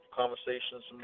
conversations